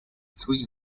three